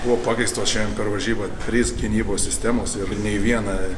buvo pakeistos šiandien per varžyba trys gynybos sistemos ir nei viena